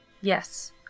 Yes